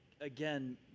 again